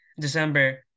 December